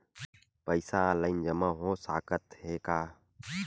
पईसा ऑनलाइन जमा हो साकत हे का?